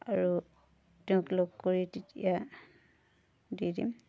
আৰু তেওঁক লগ কৰি তেতিয়া দি দিম